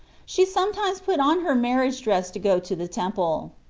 she sometimes put on her marriage dress to go to the temple.